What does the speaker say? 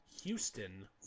Houston